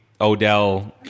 odell